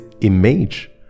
image